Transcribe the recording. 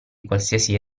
qualsiasi